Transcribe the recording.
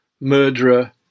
murderer